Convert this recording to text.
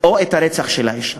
או את הרצח של האישה.